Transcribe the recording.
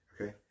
Okay